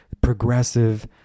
progressive